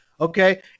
Okay